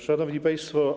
Szanowni Państwo!